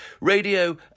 Radio